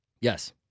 Yes